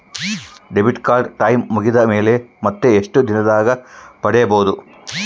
Debit card time ಮುಗಿದ ಮೇಲೆ ಮತ್ತೆ ಎಷ್ಟು ದಿನದಾಗ ಪಡೇಬೋದು?